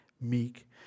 meek